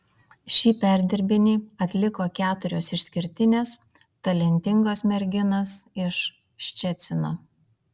šį perdirbinį atliko keturios išskirtinės talentingos merginos iš ščecino